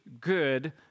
good